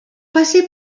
passés